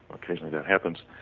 occasionally that happens.